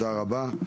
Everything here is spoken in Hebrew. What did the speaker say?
תודה רבה.